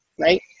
right